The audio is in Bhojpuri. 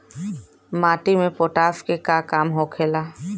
माटी में पोटाश के का काम होखेला?